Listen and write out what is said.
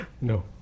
no